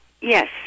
Yes